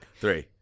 three